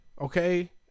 okay